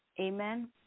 Amen